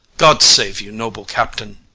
god save you, noble captain.